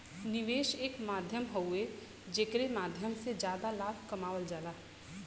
निवेश एक माध्यम हउवे जेकरे माध्यम से जादा लाभ कमावल जाला